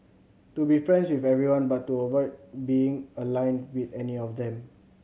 to be friends with everyone but to avoid being aligned with any of them